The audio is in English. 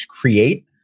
create